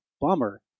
bummer